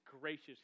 gracious